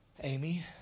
Amy